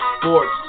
Sports